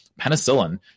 penicillin